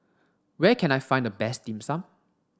where can I find the best dim sum